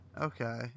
Okay